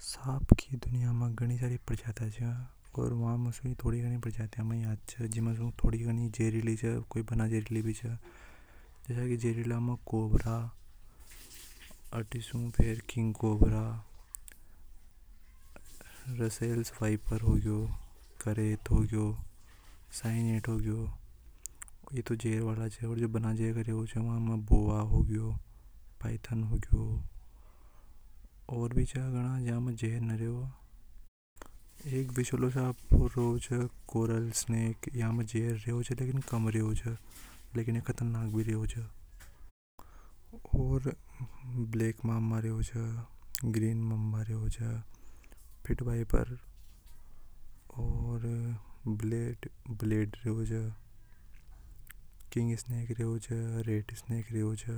सांप की दुनिया में घनी सारी प्रजाति च वामे थोड़ी गनी मेई याद छीने जहरीली भी च ओर बना जहरीली भी होव। जस्या की जहरीली में कोबरा किंग कोबरा और king cobra russell viper coral snake ह्यूगो पायथन होगया ओर भी च जिनमें झर नि होवे ओर भी रेवे ब्लैक मामा ग्रीन मामा ओर ब्लेड रेवे किंग स्नेक रेवे च रेड स्नेक रेवे च